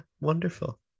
wonderful